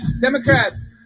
Democrats